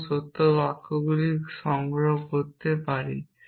আমি সত্য বাক্যগুলি সংগ্রহ করতে পারি